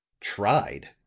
tried!